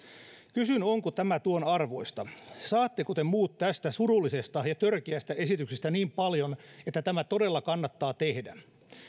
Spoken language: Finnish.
kysyn onko tämä tuon arvoista saatteko te muut tästä surullisesta ja törkeästä esityksestä niin paljon että tämä todella kannattaa tehdä